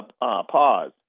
Pause